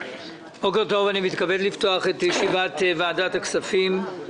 בוקר טוב, אני מתכבד לפתוח את ישיבת ועדת הכספים.